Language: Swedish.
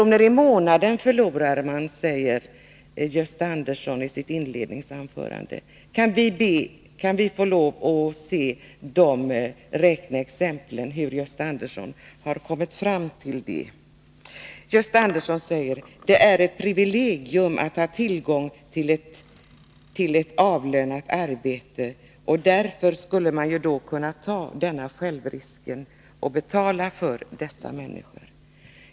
i månaden är vad man förlorar, säger Gösta Andersson i sitt inledningsanförande. Kan vi få lov att se de räkneexempel där Gösta Andersson har kommit fram till det? Gösta Andersson säger vidare: Det är ett privilegium att ha tillgång till ett avlönat arbete, och därför skulle man kunna ta på sig den självrisk som det här är fråga om.